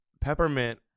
peppermint